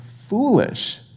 foolish